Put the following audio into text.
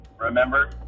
Remember